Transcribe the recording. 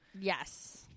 Yes